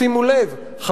שימו לב,